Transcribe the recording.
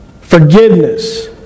Forgiveness